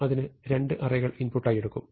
അതിന് രണ്ട് അറേകൾ ഇൻപുട്ടായി എടുക്കും